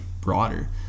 broader